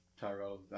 Tyrell